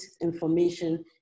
information